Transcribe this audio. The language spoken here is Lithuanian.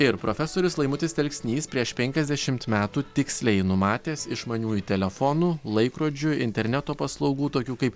ir profesorius laimutis telksnys prieš penkiasdešimt metų tiksliai numatęs išmaniųjų telefonų laikrodžių interneto paslaugų tokių kaip